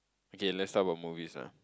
okay let's talk about movies ah